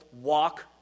walk